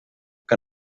que